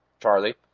Charlie